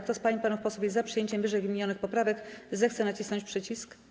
Kto z pań i panów posłów jest za przyjęciem ww. poprawek, zechce nacisnąć przycisk.